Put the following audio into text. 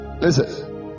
Listen